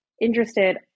interested